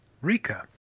Rika